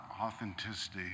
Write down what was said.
authenticity